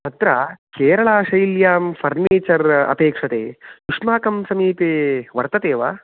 अत्र केरळाशैल्यां फ़र्निचर् अपेक्षते युष्माकं समीपे वर्तते वा